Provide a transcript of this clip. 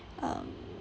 um